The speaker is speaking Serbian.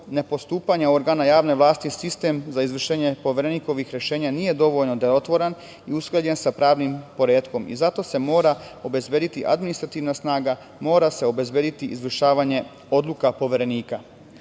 ne postupanja organa javne vlasti sistem za izvršenje Poverenikovih rešenja nije dovoljan da je otvoren i usklađen sa pravnim poretkom i zato se mora obezbediti administrativna snaga, mora se obezbediti izvršavanje odluka Poverenika. Da